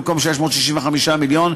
במקום 665 מיליון,